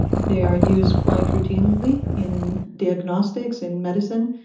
they are used quite routinely in diagnostics in medicine.